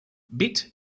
bit